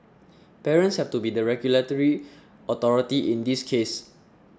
parents have to be the regulatory authority in this case